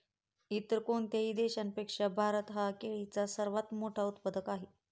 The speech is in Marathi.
इतर कोणत्याही देशापेक्षा भारत हा केळीचा सर्वात मोठा उत्पादक आहे